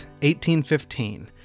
1815